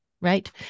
right